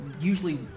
usually